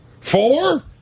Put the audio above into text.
Four